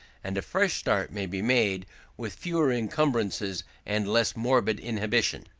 and a fresh start may be made with fewer encumbrances and less morbid inhibition.